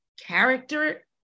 character